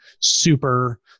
super